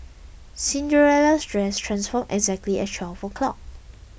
Cinderella's dress transformed exactly at twelve o'clock